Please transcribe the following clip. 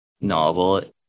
novel